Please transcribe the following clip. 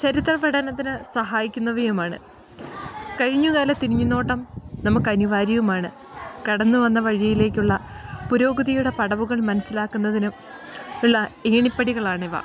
ചരിത്ര പഠനത്തിന് സഹായിക്കുന്നവയും ആണ് കഴിഞ്ഞകാല തിരിഞ്ഞ് നോട്ടം നമുക്ക് അനിവാര്യവുമാണ് കടന്ന് വന്ന വഴിയിലേക്കുള്ള പുരോഗതിയുടെ പടവുകൾ മനസ്സിലാക്കുന്നതിനും ഉള്ള ഏണിപ്പടികൾ ആണിവ